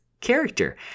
character